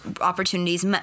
opportunities